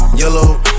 yellow